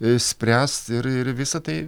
spręst ir ir visa tai